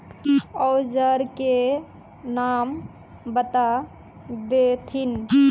औजार के नाम बता देथिन?